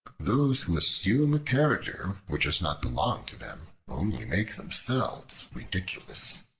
those who assume a character which does not belong to them, only make themselves ridiculous.